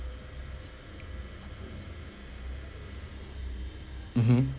mmhmm